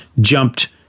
jumped